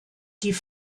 die